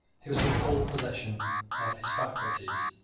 he was in full possession of his faculties.